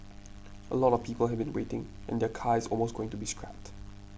a lot of people have been waiting and their car is almost going to be scrapped